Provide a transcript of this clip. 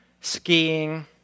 skiing